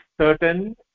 certain